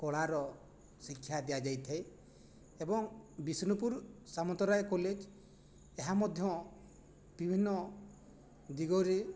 କଳାର ଶିକ୍ଷା ଦିଆଯାଇଥାଏ ଏବଂ ବିଷ୍ଣୁପୁର ସାମନ୍ତରାୟ କଲେଜ ଏହା ମଧ୍ୟ ବିଭିନ୍ନ ଦିଗରେ